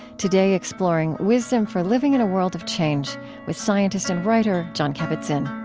today, exploring wisdom for living in a world of change with scientist and writer jon kabat-zinn